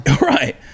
Right